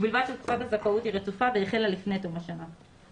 ובלבד שתקופת הזכאות היא רצופה והחלה לפני תום השנה,